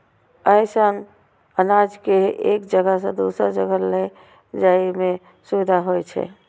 अय सं अनाज कें एक जगह सं दोसर जगह लए जाइ में सुविधा होइ छै